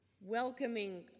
welcoming